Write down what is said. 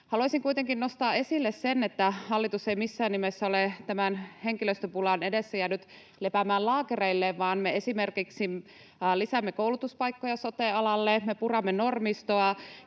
Haluaisin kuitenkin nostaa esille sen, että hallitus ei missään nimessä ole tämän henkilöstöpulan edessä jäänyt lepäämään laakereilleen, vaan me esimerkiksi lisäämme koulutuspaikkoja sote-alalle, me puramme normistoa,